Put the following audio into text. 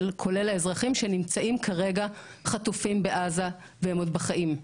כולל האזרחים שנמצאים כרגע חטופים בעזה והם עוד בחיים,